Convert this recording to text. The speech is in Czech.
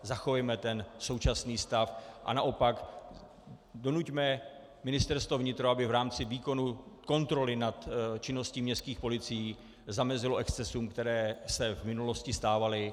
Zachovejme ten současný stav a naopak donuťme Ministerstvo vnitra, aby v rámci výkonu kontroly činnosti městských policií zamezilo excesům, které se v minulosti stávaly.